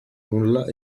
nulla